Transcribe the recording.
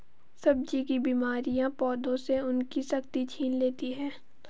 सब्जी की बीमारियां पौधों से उनकी शक्ति छीन लेती हैं